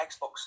Xbox